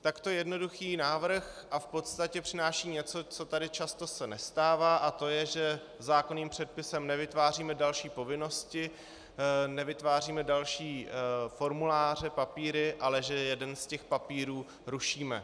Takto jednoduchý návrh, a v podstatě přináší něco, co se tady často nestává, to je, že zákonným předpisem nevytváříme další povinnosti, nevytváříme další formuláře, papíry, ale že jeden z těch papírů rušíme.